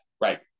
right